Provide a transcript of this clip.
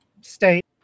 state